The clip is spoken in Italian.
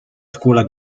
scuola